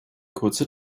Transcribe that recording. kurze